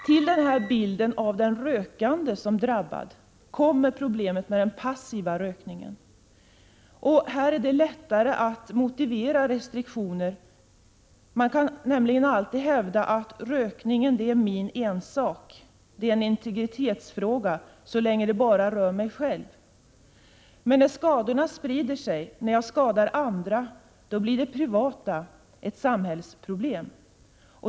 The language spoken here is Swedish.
Till denna bild av den rökande som drabbad kommer problemet med den passiva rökningen. Här är det lättare att motivera restriktioner. Man kan nämligen alltid hävda att rökningen är min ensak, en integritetsfråga så länge den bara rör mig själv. Men när skadorna sprider sig, när jag skadar andra, då blir det privata ett samhällsproblem.